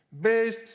based